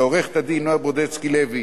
לעורכת-הדין נועה ברודסקי-לוי,